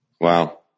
Wow